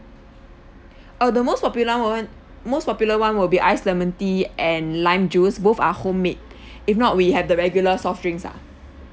oh the most popular [one] one most popular [one] will be iced lemon tea and lime juice both are homemade if not we have the regular soft drinks lah